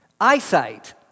Eyesight